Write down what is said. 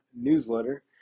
newsletter